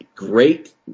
great